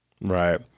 Right